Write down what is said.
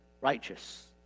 righteous